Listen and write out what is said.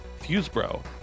Fusebro